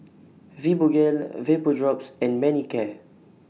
Fibogel Vapodrops and Manicare